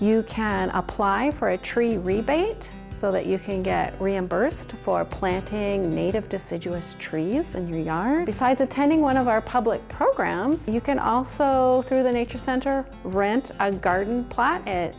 you can apply for a tree rebate so that you can get reimbursed for planting native deciduous tree use in your yard besides attending one of our public programs and you can also through the nature center rent a garden plot